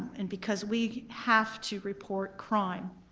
and because we have to report crime,